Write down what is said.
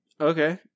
Okay